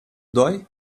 dói